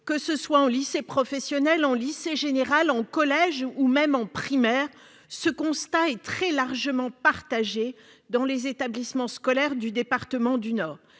que ce soit en lycée professionnel, en lycée général, en collège ou même en primaire, ce constat est très largement partagé dans les établissements scolaires du département du Nord.